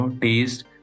taste